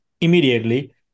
immediately